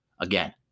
Again